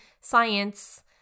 science